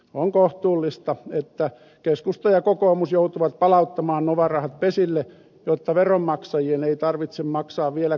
on kohtuullista että keskusta ja kokoomus joutuvat palauttamaan nova rahat pesille jotta veronmaksajien ei tarvitse maksaa vielä konkurssikulujakin